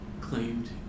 claimed